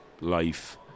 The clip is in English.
Life